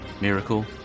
miracle